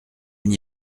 n’y